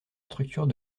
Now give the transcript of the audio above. structure